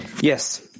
Yes